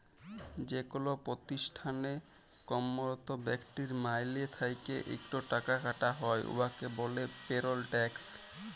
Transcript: যেকল পতিষ্ঠালে কম্মরত ব্যক্তির মাইলে থ্যাইকে ইকট টাকা কাটা হ্যয় উয়াকে ব্যলে পেরল ট্যাক্স